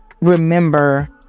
remember